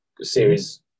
series